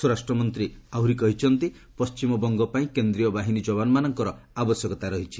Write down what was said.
ସ୍ୱରାଷ୍ଟ୍ରମନ୍ତ୍ରୀ କହିଛନ୍ତି ପଶ୍ଚିମବଙ୍ଗପାଇଁ କେନ୍ଦ୍ରୀୟ ବାହିନୀ ଯବାନମାନଙ୍କର ଆବଶ୍ୟକତା ରହିଛି